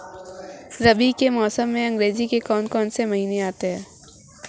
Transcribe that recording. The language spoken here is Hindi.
रबी के मौसम में अंग्रेज़ी के कौन कौनसे महीने आते हैं?